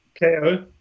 KO